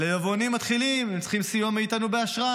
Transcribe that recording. יבואנים מתחילים צריכים מאיתנו סיוע באשראי,